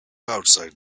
outside